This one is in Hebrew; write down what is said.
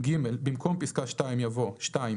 (ג)במקום פסקה (2), יבוא: "(2)